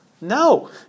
no